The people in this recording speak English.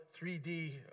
3D